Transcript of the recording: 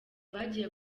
bagiye